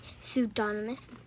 pseudonymous